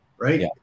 Right